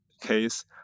case